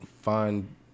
find